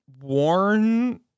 warn